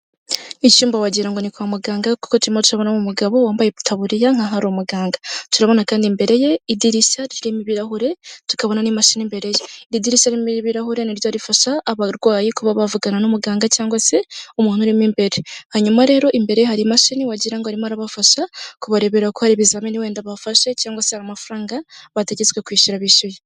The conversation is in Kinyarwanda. Inzu isize irange ry'umweru mo imbere hakaba harimo umukobwa cyangwa se umudamu wambaye ikabutura ndetse akaba yambaye hejuru umupira uri mu ibara ry'umweru, akaba ahetse n'igikapu, inyuma ye hakaba hari intebe ndetse n'igikoresho babikamo amata.